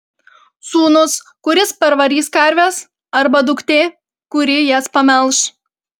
sūnus kuris parvarys karves arba duktė kuri jas pamelš